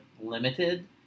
limited